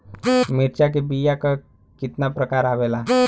मिर्चा के बीया क कितना प्रकार आवेला?